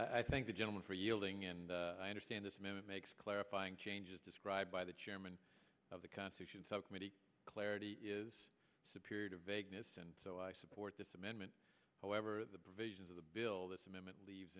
yes i think the gentleman for yielding and i understand this man it makes clarifying changes described by the chairman of the constitution subcommittee clarity is superior to vagueness and so i support this amendment however the provisions of the bill this amendment leaves